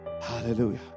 hallelujah